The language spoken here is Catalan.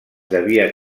devia